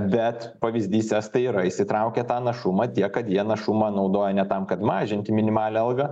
bet pavyzdys estai yra įsitraukę tą našumą tiek kad jie našumą naudoja ne tam kad mažinti minimalią algą